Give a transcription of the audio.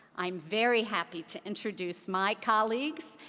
i'm very happy to introduce my colleagues,